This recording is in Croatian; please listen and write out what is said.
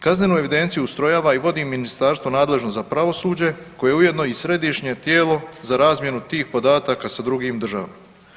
Kaznenu evidenciju ustrojava i vodi ministarstvo nadležno za pravosuđe, koje je ujedno i središnje tijelo za razmjenu tih podataka sa drugim državama.